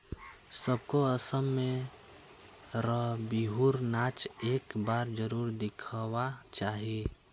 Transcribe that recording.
सबको असम में र बिहु र नाच एक बार जरुर दिखवा चाहि